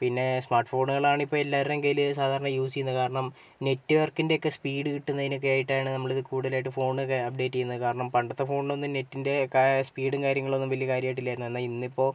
പിന്നെ സ്മാർട്ട് ഫോണുകൾ ആണ് ഇപ്പോൾ എല്ലാവരുടെയും കയ്യിൽ സാധാരണ യൂസ് ചെയ്യുന്നത് കാരണം നെറ്റ്വർക്കിന്റെ ഒക്കെ സ്പീഡ് കിട്ടുന്നതിനൊക്കെ ആയിട്ട് ആണ് നമ്മൾ ഇത് കൂടുതലായിട്ടും ഫോൺ ഒക്കെ അപ്ഡേറ്റ് ചെയ്യുന്നത് കാരണം പണ്ടത്തെ ഫോണിൽ ഒന്നും നെറ്റിന്റെ സ്പീഡും കാര്യങ്ങളൊന്നും വലിയ കാര്യമായിട്ട് ഇല്ലായിരുന്നു എന്നാൽ ഇന്നിപ്പോൾ